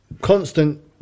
constant